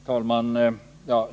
Herr talman!